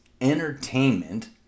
entertainment